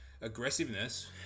aggressiveness